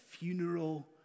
funeral